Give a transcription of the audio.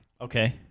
Okay